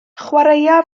chwaraea